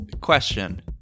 question